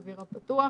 באוויר הפתוח,